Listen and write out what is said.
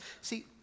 See